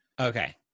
Okay